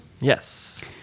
yes